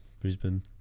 brisbane